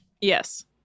Yes